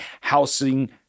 housing